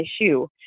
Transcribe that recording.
issue